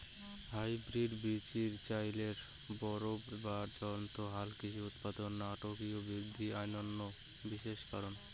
hybrid বীচির চইলের বাড়বাড়ন্ত হালকৃষি উৎপাদনত নাটকীয় বিদ্ধি অইন্যতম বিশেষ কারণ